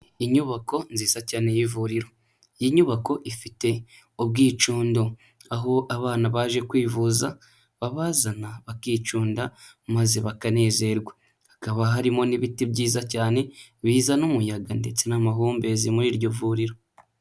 Inyubako nziza cyane y'ivuriro, iyi nyubako ifite ubwicundo aho abana baje kwivuza babazana bakicunda maze bakanezerwa, hakaba harimo n'ibiti byiza cyane bizana umuyaga ndetse n'amahumbezi muri iryo vuriro.